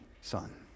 son